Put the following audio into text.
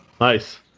nice